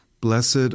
Blessed